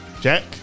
Jack